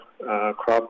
crop